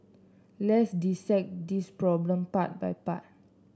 let's dissect this problem part by part